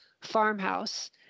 farmhouse